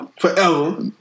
Forever